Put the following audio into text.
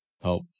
help